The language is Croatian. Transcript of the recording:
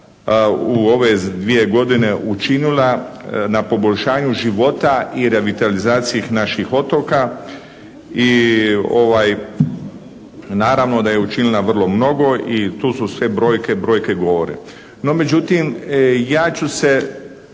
u ove 2 godine učinila na poboljšanju života i revitalizaciji naših otoka. I naravno da je učinila vrlo mnogo i tu su sve brojke, brojke govore. No međutim, ja ću se